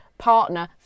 partner